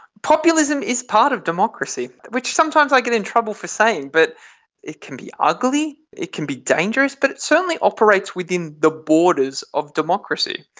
populism is part of democracy, which sometimes i get in trouble for saying, but it can be ugly, it can be dangerous but it certainly operates within the borders of democracy.